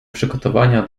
przygotowania